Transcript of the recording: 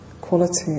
quality